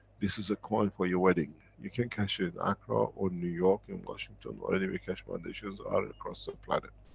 this is a coin for your wedding, you can cash it in accra or new york in washington, or anywhere keshe foundations are across the planet.